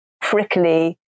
prickly